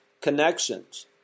connections